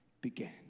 began